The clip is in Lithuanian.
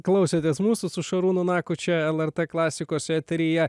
klausėtės mūsų su šarūnu naku čia lrt klasikos eteryje